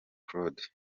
claude